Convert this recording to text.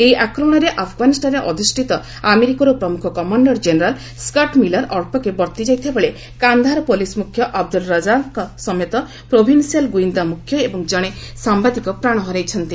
ଏହି ଆକ୍ରମଣରେ ଆଫଗାନଠାରେ ଅଧିଷ୍ଠିତ ଆମେରିକା ଓ ନାଟୋର ପ୍ରମୁଖ କମାଶ୍ଡର କେନେରାଲ୍ ସ୍କଟ୍ ମିଲର୍ ଅଞ୍ଚକେ ବର୍ତ୍ତି ଯାଇଥିବାବେଳେ କାନ୍ଦାହାର ପୁଲିସ୍ ମୁଖ୍ୟ ଅବ୍ଦୁଲ୍ ରଚ୍ଚାକ୍ଙ୍କ ସମେତ ପ୍ରୋଭିନ୍ସିଆଲ୍ ଗୁଇନ୍ଦା ମୁଖ୍ୟ ଏବଂ ଜଣେ ସାମ୍ଭାଦିକ ପ୍ରାଣ ହରାଇଛନ୍ତି